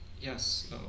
yes